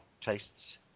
tastes